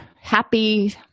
happy